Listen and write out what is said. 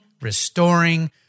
restoring